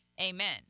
Amen